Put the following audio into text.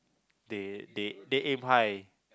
they they they aim high